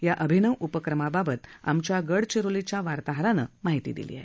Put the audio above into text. या अभिनव उपक्रमाबाबत आमच्या गडचिरोलीच्या वार्ताहरानं माहिती दिली आहे